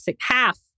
Half